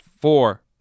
Four